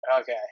okay